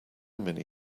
many